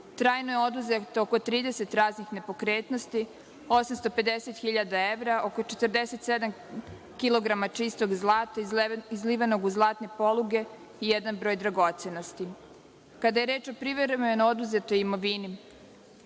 Trajno je oduzeto oko 30 raznih nepokretnosti, 850.000 evra, oko 47 kilograma čistog zlata izlivenog u zlatne poluge i jedan broj dragocenosti. Kada je reč o privremeno oduzetoj imovini